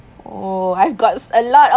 oh I've got a lot of